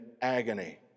agony